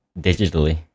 digitally